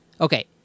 okay